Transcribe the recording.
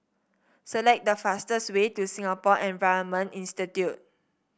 select the fastest way to Singapore Environment Institute